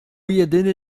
jedyny